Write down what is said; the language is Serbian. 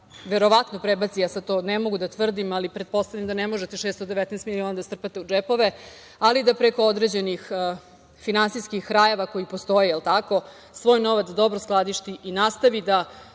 verovatno prebaci, sad to ne mogu da tvrdim, ali pretpostavljam da ne možete 619 miliona da strpate u džepove, ali da preko određenih finansijskih rajeva koji postoje svoj novac dobro skladišti i nastavi da